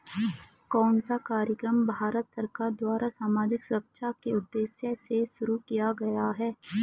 कौन सा कार्यक्रम भारत सरकार द्वारा सामाजिक सुरक्षा के उद्देश्य से शुरू किया गया है?